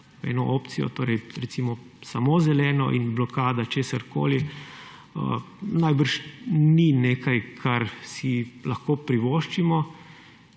v eno opcijo, torej recimo samo zeleno in blokada česarkoli, najbrž ni nekaj, kar si lahko privoščimo,